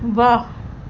واہ